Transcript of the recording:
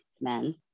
men